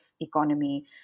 economy